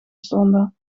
stonden